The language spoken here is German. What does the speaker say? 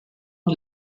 und